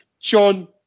John